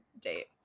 date